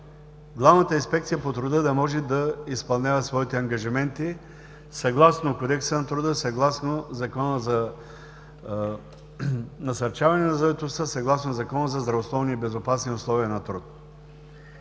Главната инспекция по труда да може да изпълнява своите ангажименти съгласно Кодекса на труда, съгласно Закона за насърчаване на заетостта, съгласно Закона за здравословни и безопасни условия на труд.